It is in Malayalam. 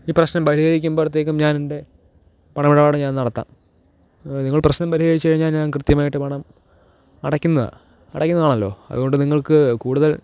ഈ പ്രശ്നം പരിഹരിക്കുമ്പത്തേക്കും ഞാനെന്റെ പണമിടപാട് ഞാന് നടത്താം നിങ്ങള് പ്രശ്നം പരിഹരിച്ച് കഴിഞ്ഞാൽ ഞാന് കൃത്യമായിട്ട് പണം അടയ്ക്കുന്നാ അടയ്ക്കുന്നതാണല്ലോ അതുകൊണ്ട് നിങ്ങള്ക്ക് കൂടുതല്